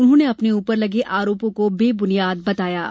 उन्होंने अपने उपर लगे आरोपों को बेबुनियाद बताया है